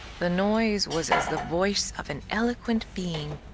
the noise was as the voice of an eloquent being,